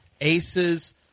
aces